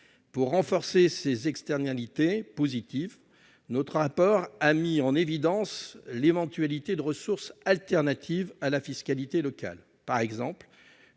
Pour renforcer ces externalités positives, notre rapport a mis en évidence l'éventualité de ressources alternatives à la fiscalité locale : une